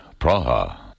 Praha